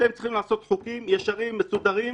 אתם צריכים לעשות חוקים ישרים, מסודרים,